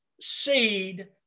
seed